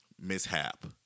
mishap